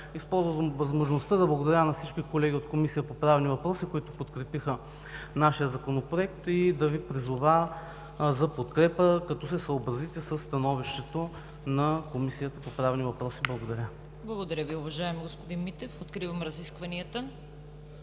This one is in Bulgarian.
Използвам възможността да благодаря на всички колеги от Комисията по правни въпроси, които подкрепиха нашия Законопроект и да Ви призова за подкрепа, като се съобразите със становището на Комисията по правни въпроси. Благодаря. ПРЕДСЕДАТЕЛ ЦВЕТА КАРАЯНЧЕВА: Благодаря Ви, уважаеми господин Митев. Откривам разискванията.